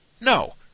No